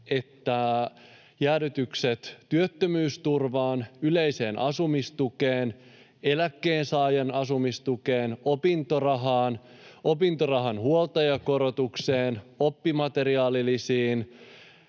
tehdään jäädytykset työttömyysturvaan, yleiseen asumistukeen, eläkkeensaajan asumistukeen, opintorahaan, opintorahan huoltajakorotukseen, oppimateriaalilisiin,